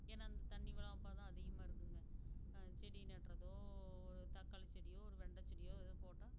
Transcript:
ஏன்னால் அந்த தண்ணி வளம் அப்போதான் அதிகமாக இருக்குங்க செடி நடுறதோ ஒரு தக்காளி செடியோ ஒரு வெண்டை செடியோ ஏதோ போட்டால்